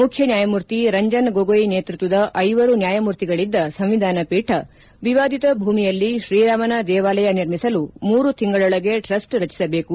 ಮುಖ್ಯ ನ್ಯಾಯಮೂರ್ತಿ ರಂಜನ್ ಗೊಗೊಯ್ ನೇತೃತ್ವದ ಐವರು ನ್ನಾಯಮೂರ್ತಿಗಳಿದ್ದ ಸಂವಿಧಾನ ಪೀಠ ವಿವಾದಿತ ಭೂಮಿಯಲ್ಲಿ ಶ್ರೀರಾಮನ ದೇವಾಲಯ ನಿರ್ಮಿಸಲು ಮೂರು ತಿಂಗಳೊಳಗೆ ಟ್ರಸ್ಟ್ ರಚಿಸಬೇಕು